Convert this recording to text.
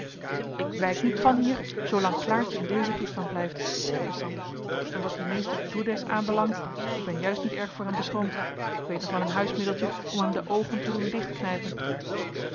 ik wijk niet van hier zoolang klaartje in dezen toestand blijft zeide sander en wat dien meester doedes aanbelangt ik ben juist niet erg voor hem beschroomd ik weet nog wel een huismiddeltje om hem de oogen te doen